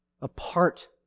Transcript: apart